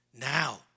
now